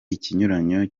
ikinyuranyo